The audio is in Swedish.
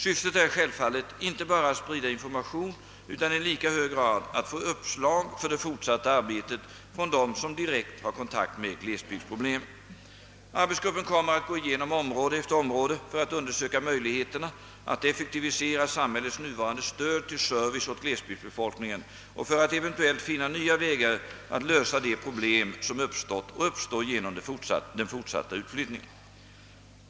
Syftet är självfallet inte bara att sprida information utan i lika hög grad att få uppslag för det fortsatta arbetet från dem som direkt har kontakt med glesbygdsproblemen. Arbetsgruppen kommer att gå igenom område efter område för att undersöka möjligheterna att effektivisera samhällets nuvarande stöd till service åt glesbygdsbefolkningen och för att eventuellt finna nya vägar att lösa de problem som uppstått och uppstår genom den fortsatta utflyttningen.